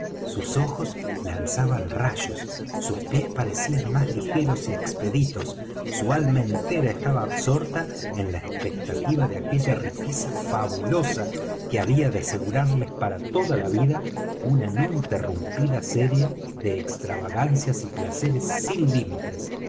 sus ojos lanzaban rayos sus pies parecían más ligeros y expeditos su alma entera estaba absorta en la expectativa de aquella riqueza fabulosa que había de asegurarles para toda la vida una no interrumpida serie de extravagancias y placeres sin límites